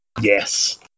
Yes